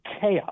chaos